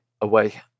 away